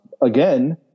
again